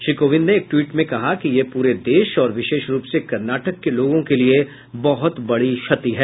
श्री कोविंद ने एक टवीट में कहा कि यह पूरे देश और विशेष रूप से कर्नाटक के लोगों के लिए बहुत बड़ी क्षति है